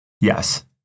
Yes